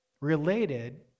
related